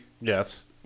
Yes